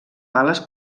bales